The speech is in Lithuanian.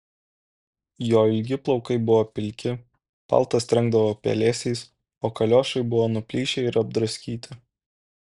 jo ilgi plaukai buvo pilki paltas trenkdavo pelėsiais o kaliošai buvo nuplyšę ir apdraskyti